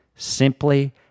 simply